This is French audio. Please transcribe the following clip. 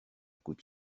coûte